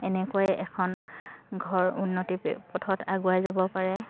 এনেকৈয়ে এখন ঘৰ উন্নতি পথত আগুৱাই যাব পাৰে